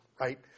Right